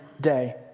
day